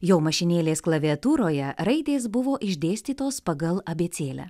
jo mašinėlės klaviatūroje raidės buvo išdėstytos pagal abėcėlę